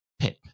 Pip